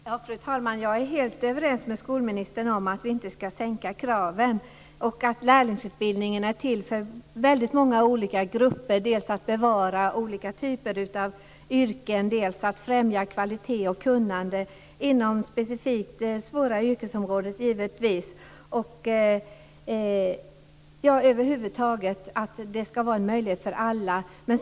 Fru talman! Jag är helt överens med skolministern om att vi inte skall sänka kraven. Lärlingsutbildningen är till för många olika ändamål, dels för att bevara olika typer av yrken, dels för att främja kvalitet och kunnande inom specifikt svåra yrkesområden. Den skall vara en möjlighet för alla.